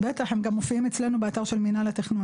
בטח, הם גם מופיעים אצלנו באתר של מינהל התכנון.